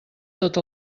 tot